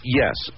yes